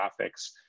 graphics